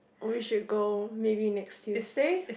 we should go maybe next Tuesday